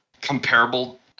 comparable